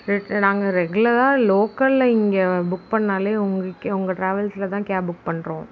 நாங்கள் ரெகுலராக லோக்கலில் இங்கே புக் பண்ணாலே உங்களுக்கு உங்கள் ட்ராவல்ஸ்லதான் கேப் புக் பண்ணுறோம்